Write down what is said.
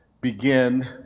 begin